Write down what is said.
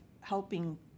helping